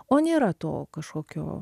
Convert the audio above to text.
o nėra to kažkokio